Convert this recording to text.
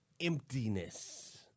emptiness